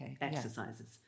Exercises